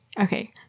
Okay